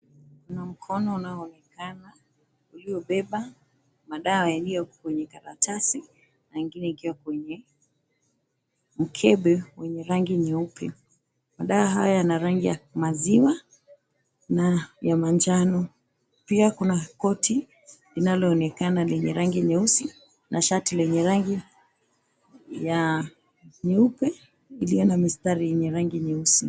Kuna mkono unaoonekana, uliobeba madawa mengine yaliyo kwenye karatasi mengine ikiwa kwenye mkebe wenye rangi nyeupe. Madawa haya yana rangi ya maziwa na ya manjano. Pia kuna goti linaloonekana ni rangi nyeusi, na shati lenye rangi ya nyeupe iliyo na mistari yenye rangi nyeusi.